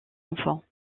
enfants